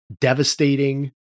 devastating